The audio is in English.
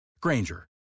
granger